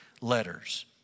letters